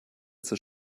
zur